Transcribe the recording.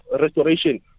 restoration